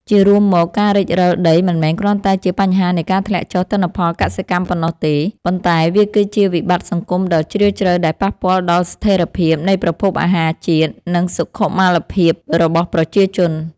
ជារួមមក ការរិចរឹលដីមិនមែនគ្រាន់តែជាបញ្ហានៃការធ្លាក់ចុះទិន្នផលកសិកម្មប៉ុណ្ណោះទេ ប៉ុន្តែវាគឺជាវិបត្តិសង្គមដ៏ជ្រាលជ្រៅដែលប៉ះពាល់ដល់ស្ថិរភាពនៃប្រភពអាហារជាតិ និងសុខុមាលភាពរបស់ប្រជាជន។